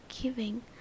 giving